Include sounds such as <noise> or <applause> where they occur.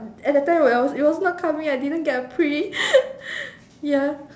at that time when I was it was coming I didn't get a pre <laughs> ya